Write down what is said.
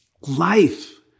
life